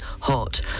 hot